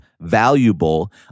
valuable